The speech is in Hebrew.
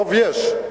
רוב יש.